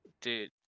Dude